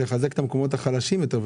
רוצים לחזק את המקומות החלשים יותר.